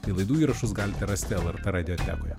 tai laidų įrašus galite rasti lrt radiotekoje